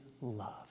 love